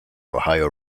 ohio